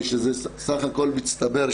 שזה סה"כ מצטבר,